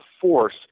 force